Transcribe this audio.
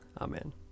Amen